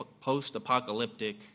post-apocalyptic